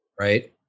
right